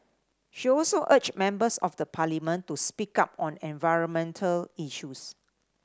she also urged members of the Parliament to speak up on environmental issues